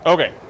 Okay